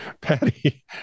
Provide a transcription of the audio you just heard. Patty